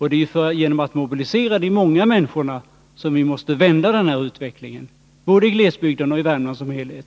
Det är genom att mobilisera de många människorna som vi måste vända den här utvecklingen, både i glesbygden och i Värmland som helhet.